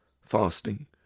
fasting